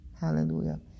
hallelujah